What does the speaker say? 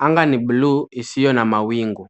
Anga ni bluu isiyo na mawingu.